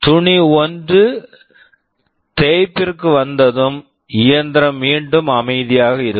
துணி 1 தேய்ப்பிற்கு வந்ததும் இயந்திரம் மீண்டும் அமைதியாக இருக்கும்